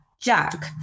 Jack